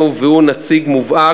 והוא מגיע